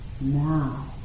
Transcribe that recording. now